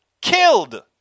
killed